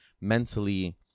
mentally